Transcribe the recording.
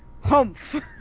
Humph